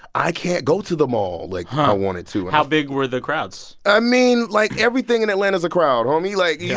i can't go to the mall like i wanted to how big were the crowds? i mean, like, everything in atlanta's a crowd, homie. like, yeah